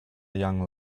young